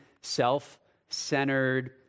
self-centered